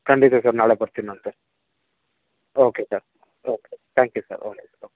ಖಂಡಿತ ಸರ್ ನಾಳೆ ಬರ್ತೀನಂತೆ okay sir okay thank you sir okay okay